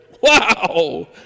Wow